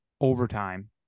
overtime